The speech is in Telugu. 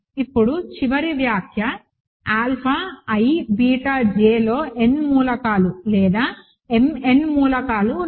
ఇప్పుడు చివరి వ్యాఖ్య ఆల్ఫా i బీటా j లో n మూలకాలు లేదా m n మూలకాలు ఉన్నాయి